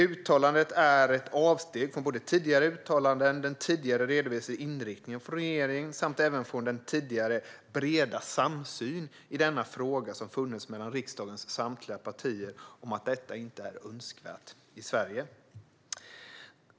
Uttalandet är ett avsteg från tidigare uttalanden, den tidigare redovisade inriktningen från regeringen samt även den tidigare breda samsyn i denna fråga som funnits mellan riksdagens samtliga partier när det gäller att detta inte är önskvärt i Sverige.